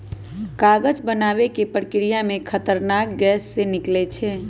कागज बनाबे के प्रक्रिया में खतरनाक गैसें से निकलै छै